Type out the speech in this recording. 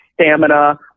stamina